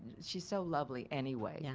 she's so lovely anyway, yeah